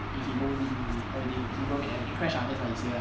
if he don't win he everything he gonna make everything crush lah that's what he say lah